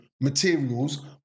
materials